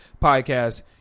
podcast